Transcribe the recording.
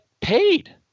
paid